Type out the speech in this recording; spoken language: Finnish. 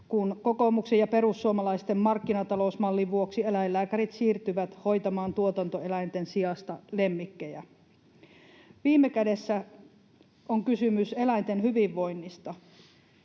kun kokoomuksen ja perussuomalaisten markkinatalousmallin vuoksi eläinlääkärit siirtyvät hoitamaan tuotantoeläinten sijasta lemmikkejä. Viime kädessä on kysymys eläinten hyvinvoinnista,